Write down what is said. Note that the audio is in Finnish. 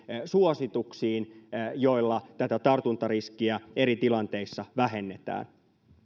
suosituksiin joilla tätä tartuntariskiä eri tilanteissa vähennetään